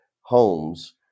homes